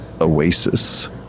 oasis